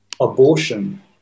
Abortion